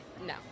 No